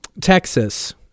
Texas